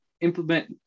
implement